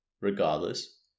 Regardless